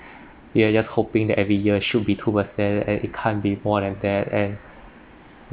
you are just hoping that every year should be two percent and it can't be more than that and